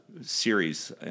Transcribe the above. series